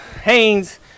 Haynes